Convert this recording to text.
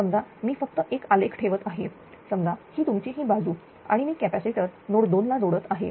समजा मी फक्त एक आलेख ठेवत आहे समजा ही तुमची ही बाजू आणि मी कॅपॅसिटर नोड 2 ला जोडत आहे